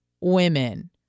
women